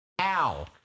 Ow